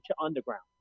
Underground